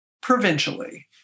provincially